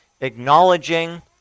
Acknowledging